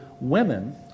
women